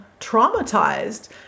traumatized